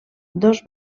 dos